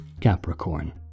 Capricorn